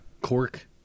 cork